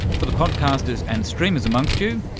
for the podcasters and streamers amongst you,